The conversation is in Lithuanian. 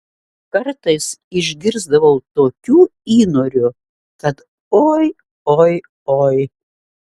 kartais išgirsdavau tokių įnorių kad oi oi oi